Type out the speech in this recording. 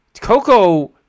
Coco